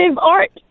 art